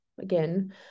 again